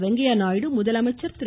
வெங்கய்ய நாயுடு முதலமைச்சர் திரு